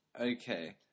okay